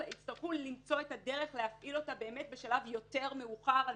יצטרכו למצוא את הדרך להפעיל את הסנקציה הזו באמת בשלב יותר מאוחר על